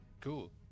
Cool